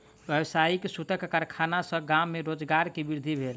व्यावसायिक सूतक कारखाना सॅ गाम में रोजगार के वृद्धि भेल